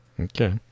Okay